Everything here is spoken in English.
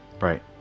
right